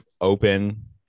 open